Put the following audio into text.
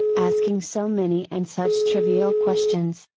asking so many and such trivial questions,